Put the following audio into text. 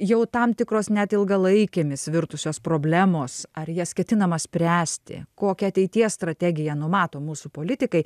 jau tam tikros net ilgalaikėmis virtusios problemos ar jas ketinama spręsti kokią ateities strategiją numato mūsų politikai